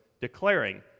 declaring